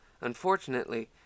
Unfortunately